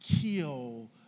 kill